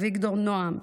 אביגדורי נועם,